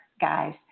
guys